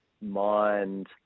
mind